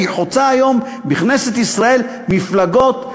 והיא חוצה היום בכנסת ישראל מפלגות,